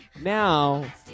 Now